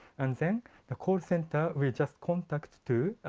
and then the call center will just contact to